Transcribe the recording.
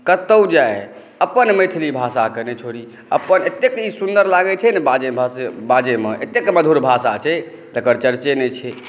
कतौ जै अपन मैथिली भाषाक नहि छोड़ी अपन एतेक ई सुन्दर लागै छै ने बाजयमे एतेक मधुर भाषा छै तकर चरचे नहि छै